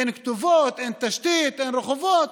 אין כתובות, אין תשתית, אין רחובות,